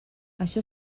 això